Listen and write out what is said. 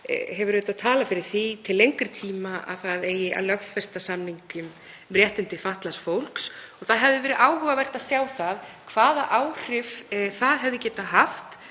hefur talað fyrir því til lengri tíma að það eigi að lögfesta samninginn um réttindi fatlaðs fólks. Það hefði verið áhugavert að sjá hvaða áhrif það hefði getað haft